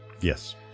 Yes